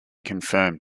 confirmed